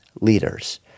leaders